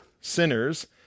sinners